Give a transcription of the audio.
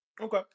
Okay